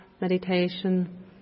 meditation